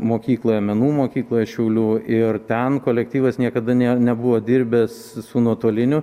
mokykloje menų mokykloje šiaulių ir ten kolektyvas niekada ne nebuvo dirbęs su nuotoliniu